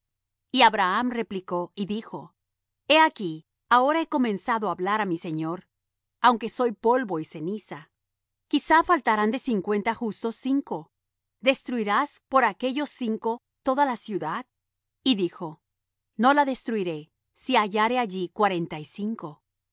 y abraham replicó y dijo he aquí ahora que he comenzado á hablar á mi señor aunque soy polvo y ceniza quizá faltarán de cincuenta justos cinco destruirás por aquellos cinco toda la ciudad y dijo no la destruiré si hallare allí cuarenta y cinco